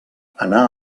anar